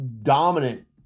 dominant